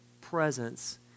presence